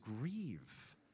grieve